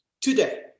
today